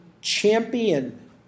champion